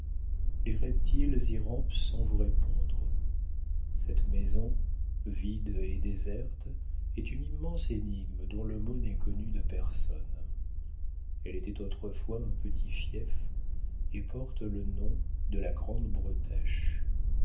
les reptiles y rampent sans vous répondre cette maison vide et déserte est une immense énigme dont le mot n'est connu de personne elle était autrefois un petit fief et porte le nom de la grande